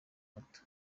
moto